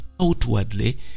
Outwardly